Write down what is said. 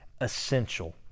essential